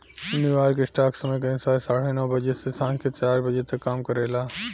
New York stock समय के अनुसार साढ़े नौ बजे से सांझ के चार बजे तक काम करेला